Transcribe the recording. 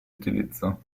utilizzo